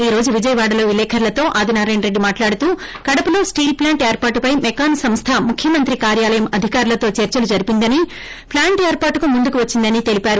ఈ రోజు విజయవాడలో విలేకర్లతో ఆదినారాయణ రెడ్డ మాట్లాడుతూ కడపలో స్లీల్ప్లాంట్ ఏర్పాటుపై మెకాన్ సంస్ద ముఖ్య మంత్రి కార్యాలయం అధికారులతో చర్చలు జరిపిందని ప్లాంట్ ఏర్పాటుకు ముందుకు వచ్చిందని తెలిపారు